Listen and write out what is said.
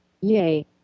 Yay